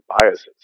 biases